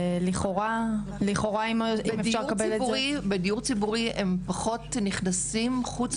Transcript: לכאורה אם אפשר לקבל את זה --- בדיור ציבורי הם פחות נכנסים.